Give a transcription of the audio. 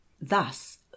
Thus